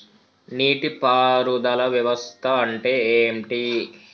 నీటి పారుదల వ్యవస్థ అంటే ఏంటి?